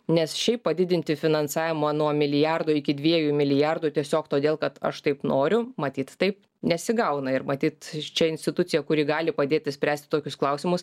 nes šiaip padidinti finansavimą nuo milijardo iki dviejų milijardų tiesiog todėl kad aš taip noriu matyt taip nesigauna ir matyt čia institucija kuri gali padėti spręsti tokius klausimus